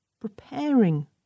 Preparing